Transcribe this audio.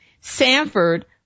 Sanford